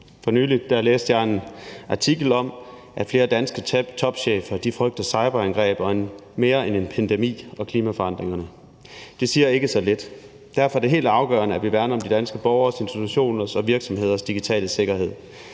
For nylig læste jeg en artikel om, at flere danske topchefer frygter cyberangreb mere end en pandemi og klimaforandringerne. Det siger ikke så lidt. Derfor er det helt afgørende, at vi værner om de danske borgeres, institutioners og virksomheders digitale sikkerhed.